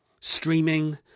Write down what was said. streaming